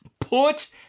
Put